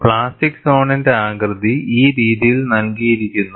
plastic സോണിന്റെ ആകൃതി ഈ രീതിയിൽ നൽകിയിരിക്കുന്നു